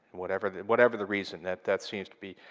whatever the whatever the reason, that that seems to be,